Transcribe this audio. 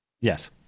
Yes